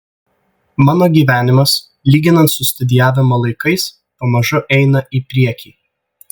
mano gyvenimas lyginant su studijavimo laikais pamažu eina į priekį